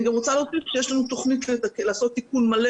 אני גם רוצה להוסיף שיש לנו תוכנית לעשות תיקון מלא